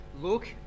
look